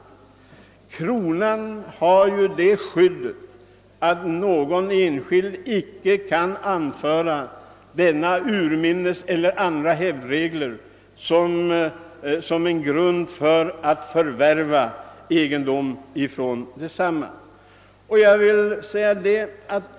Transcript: Kronan har ju det skyddet att ingen kan anföra urminnes eller annan hävd som en grund för förvärv av egendom från densamma.